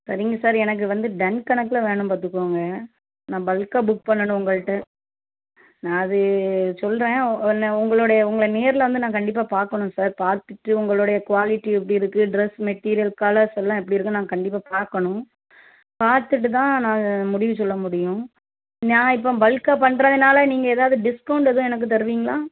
சரிங்க சார் எனக்கு வந்து டன் கணக்கில் வேணும் பார்த்துக்கோங்க நான் பல்க்காக புக் பண்ணணும் உங்கள்கிட்ட நான் அது சொல்கிறேன் ஒ ஒன்று உங்களுடைய உங்களை நேரில் வந்து நான் கண்டிப்பாக பார்க்கணும் சார் பார்த்துட்டு உங்களுடைய குவாலிட்டி எப்படி இருக்குது ட்ரெஸ் மெட்டீரியல் கலர்ஸ் எல்லாம் எப்படி இருக்குதுன்னு நான் கண்டிப்பாக பார்க்கணும் பார்த்துட்டு தான் நான் முடிவு சொல்ல முடியும் நான் இப்போ பல்க்காக பண்ணுறதுனால நீங்கள் ஏதாவது டிஸ்கவுண்ட் எதுவும் எனக்கு தருவீங்களா